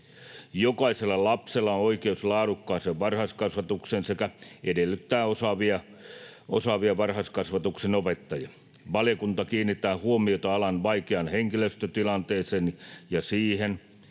Jokaisella lapsella on oikeus laadukkaaseen varhaiskasvatukseen sekä edellyttää osaavia varhaiskasvatuksen opettajia. Valiokunta kiinnittää huomiota alan vaikeaan henkilöstötilanteeseen ja siihen,